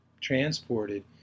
transported